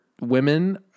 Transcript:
women